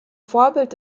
vorbild